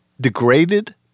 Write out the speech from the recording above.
degraded